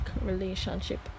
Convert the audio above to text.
relationship